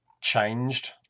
changed